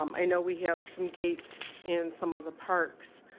um i know we have some gates and some of the parks,